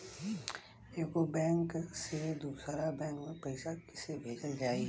एगो बैक से दूसरा बैक मे पैसा कइसे भेजल जाई?